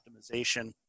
optimization